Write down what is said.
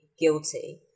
Guilty